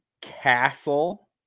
Castle